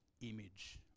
image